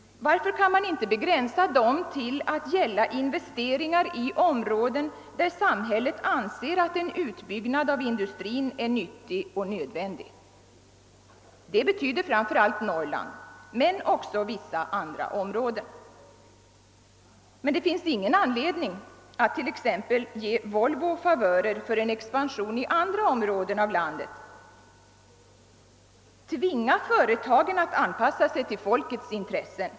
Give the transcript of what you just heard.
Varför kan man inte begränsa dem till att gälla investeringar i områden där samhället anser att en utbyggnad av industrin är nyttig och nödvändig? Det betyder framför allt Norrland, men också vissa andra områden. Det finns ingen anledning att t.ex. ge Volvo favörer för en expansion i andra områden av landet. Tvinga företagen att anpassa sig till folkets intressen!